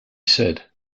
said